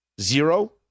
Zero